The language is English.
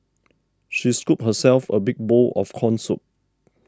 she scooped herself a big bowl of Corn Soup